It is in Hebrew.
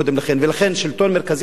ולכן שלטון מרכזי חזק,